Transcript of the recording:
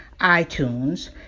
iTunes